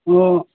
ꯑꯥ